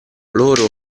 loro